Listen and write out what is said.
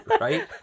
Right